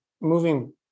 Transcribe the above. Moving